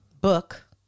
book